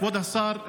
כבוד השר,